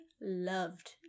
loved